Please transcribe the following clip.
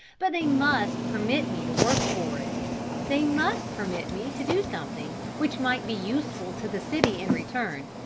but they must permit me to work for it they must permit me to do something which might be useful to the city in return,